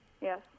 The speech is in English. Yes